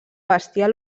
bestiar